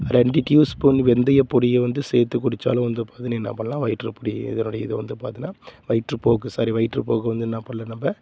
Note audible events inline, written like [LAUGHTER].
ரெண்டு டியூ ஸ்பூன் வெந்தயப் பொடியை வந்து சேர்த்து குடிச்சாலோ வந்து பார்த்திங்கனா என்ன பண்ணலாம் வயிற்றில் [UNINTELLIGIBLE] இதனுடைய இதை வந்து பார்த்தின்னா வயிற்றுப்போக்கு சாரி வயிற்றுப்போக்கு வந்து என்ன பண்ணலாம் நம்ம